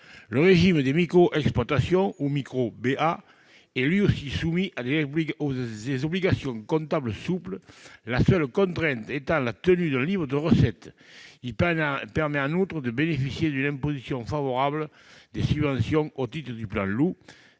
ou du micro-bénéfice agricole, dit « micro-BA », est lui aussi soumis à des obligations comptables souples, la seule contrainte étant la tenue d'un livre de recettes. Il permet, en outre, de bénéficier d'une imposition favorable des subventions au titre du plan Loup.